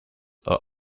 are